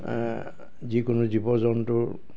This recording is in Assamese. যিকোনো জীৱ জন্তুৰ